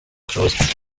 bushobozi